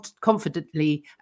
confidently